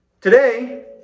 Today